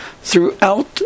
throughout